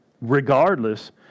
Regardless